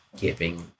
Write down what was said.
giving